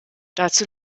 dazu